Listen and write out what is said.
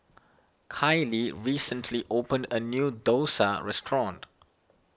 Kailee recently opened a new Dosa restaurant